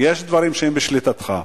יש דברים שהם בשליטתך.